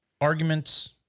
arguments